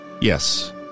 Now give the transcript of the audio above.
Yes